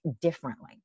differently